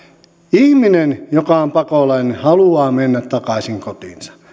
ihminen joka on pakolainen haluaa mennä takaisin kotiinsa